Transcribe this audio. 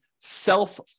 self